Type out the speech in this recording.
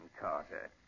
Carter